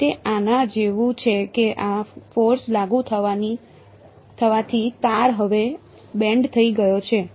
તેથી તે આના જેવું છે કે આ ફોર્સ લાગુ થવાથી તાર હવે બેન્ડ થઈ ગયો છે